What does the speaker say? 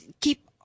keep